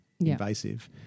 invasive